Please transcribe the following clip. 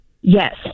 Yes